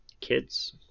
kids